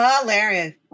Hilarious